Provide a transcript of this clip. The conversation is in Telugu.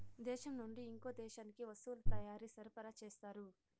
దేశం నుండి ఇంకో దేశానికి వస్తువుల తయారీ సరఫరా చేస్తారు